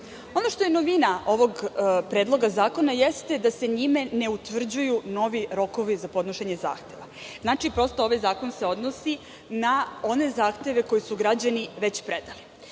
što je novina ovog predloga zakona jeste da se njime ne utvrđuju novi rokovi za podnošenje zahteva. Znači, ovaj zakon se odnosi na one zahteve koji su građani već predali.